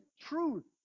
truth